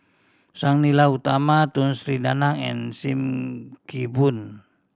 Sang Nila Utama Tun Sri Lanang and Sim Kee Boon